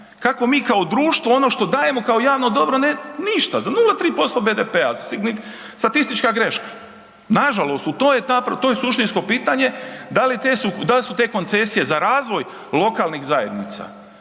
Kako mi kao društvo ono što dajemo kao javno dobro ne ništa, za 0,3% BDP-a, statistička greška, nažalost to je ta, to je suštinsko pitanje. Da li su te koncesije za razvoj lokalnih zajednica,